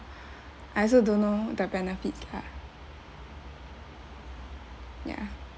I also don't know the benefits lah ya